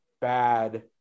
bad